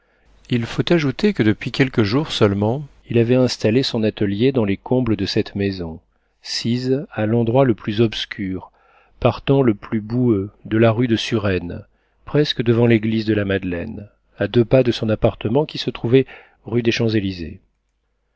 il faut ajouter que depuis quelques jours seulement il avait installé son atelier dans les combles de cette maison sise à l'endroit le plus obscur partant le plus boueux de la rue de suresne presque devant l'église de la madeleine à deux pas de son appartement qui se trouvait rue des champs-élysées